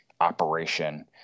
operation